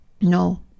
No